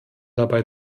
dabei